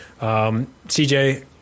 CJ